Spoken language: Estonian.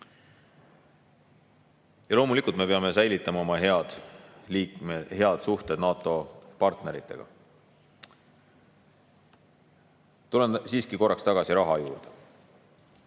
Ja loomulikult me peame säilitama oma head suhted NATO partneritega. Tulen siiski korraks tagasi raha juurde.